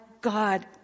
God